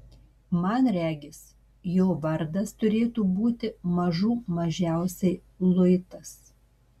man regis jo vardas turėtų būti mažų mažiausiai luitas